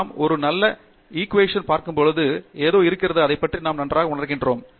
நாம் ஒரு நல்ல சமன்பாட்டை பார்க்கும்போது ஏதோ இருக்கிறது அதைப் பற்றி நாம் நன்றாக உணர்கிறோம்